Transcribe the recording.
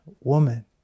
woman